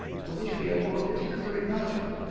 for which we owe you a particular acknowledgment.